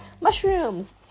mushrooms